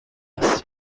است